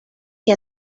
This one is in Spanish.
que